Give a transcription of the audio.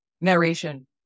Narration